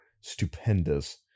stupendous